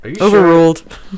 Overruled